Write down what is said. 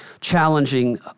challenging